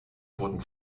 wurden